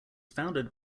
founded